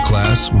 Class